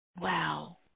Wow